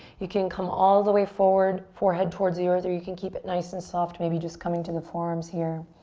you can come all the way forward forehead towards the earth, or you can keep it nice and soft. maybe just coming to the forearms here.